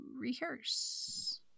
rehearse